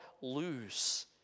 lose